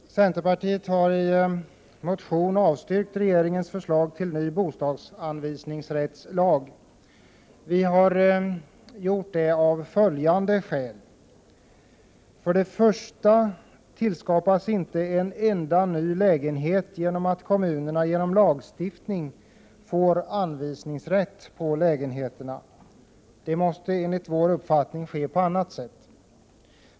Herr talman! Centerpartiet har i en motion avstyrkt regeringens förslag till ny bostadsanvisningsrättslag. Vi har gjort det av följande skäl. För det första tillskapas inte en enda ny lägenhet genom att kommunerna genom lagstiftning får anvisningsrätt för lägenheterna. Det måste enligt vår uppfattning ske på annat sätt.